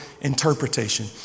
interpretation